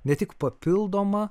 ne tik papildoma